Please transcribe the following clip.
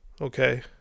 Okay